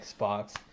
Xbox